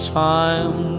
time